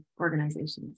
organizations